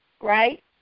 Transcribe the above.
right